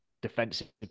defensive